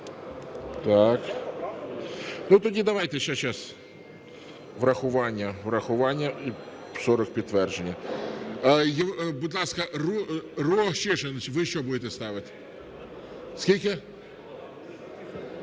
Так. Ну, тоді давайте, зараз… врахування, врахування і 40 – підтвердження. Будь ласка, Рущишин, ви що будете ставити? Скільки?